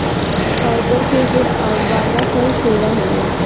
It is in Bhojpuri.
फाइबर कअ गुण वाला फल सेव हवे